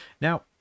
Now